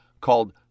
called